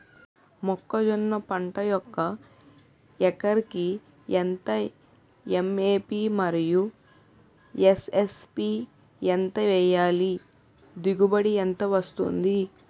మొక్కజొన్న పంట ఒక హెక్టార్ కి ఎంత ఎం.ఓ.పి మరియు ఎస్.ఎస్.పి ఎంత వేయాలి? దిగుబడి ఎంత వస్తుంది?